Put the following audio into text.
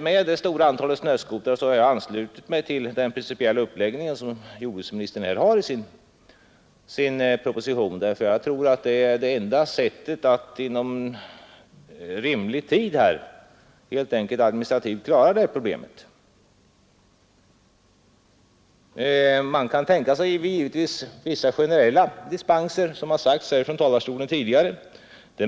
med det stora antalet snöskotrar — har jag anslutit mig till jordbruksministerns principiella uppläggning. Jag tror nämligen att det är enda sättet att inom rimlig tid administrativt klara problemet. Det är möjligt att man, som det sagts i debatten, kunde tänka sig vissa generella dispenser.